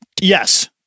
Yes